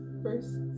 first